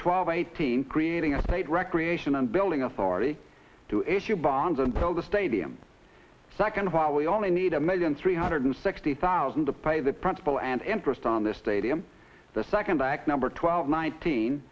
twelve eighteen creating a state recreation and building authority to issue bonds and sell the stadium second while we only need a million three hundred sixty thousand to pay the principal and interest on the stadium the second back number twelve nineteen